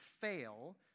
fail